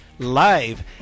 Live